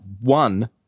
One